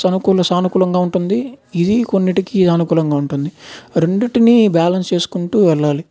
సనుకూల సానుకూలంగా ఉంటుంది ఇది కొన్నింటికి అనుకూలంగా ఉంటుంది రెండింటిని బ్యాలెన్స్ చేసుకుంటు వెళ్ళాలి